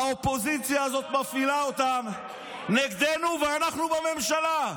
האופוזיציה הזאת מפעילה אותם נגדנו ואנחנו בממשלה.